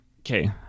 Okay